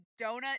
Donut